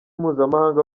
mpuzamahanga